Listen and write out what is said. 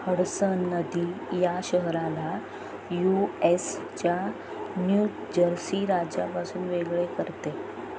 Hudson नदी या शहराला यू एसच्या न्यू जर्सी राज्यापासून वेगळे करते